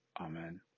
Amen